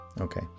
Okay